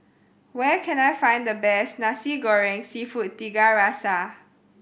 where can I find the best Nasi Goreng Seafood Tiga Rasa